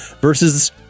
versus